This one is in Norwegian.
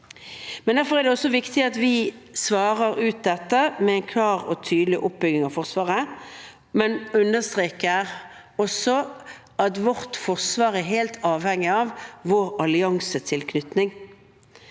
Derfor er det viktig at vi svarer på dette med en klar og tydelig oppbygging av Forsvaret, men også understreker at vårt forsvar er helt avhengig av vår alliansetilknytning.